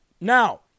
now